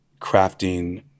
crafting